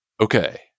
Okay